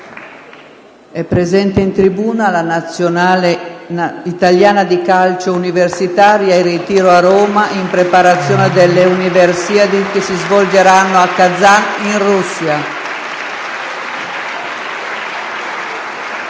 È presente in tribuna la Nazionale italiana di calcio universitaria, in ritiro a Roma, in preparazione delle Universiadi che si svolgeranno a Kazan, in Russia.